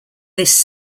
this